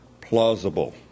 plausible